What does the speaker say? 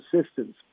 assistance